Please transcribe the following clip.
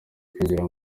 kwinjira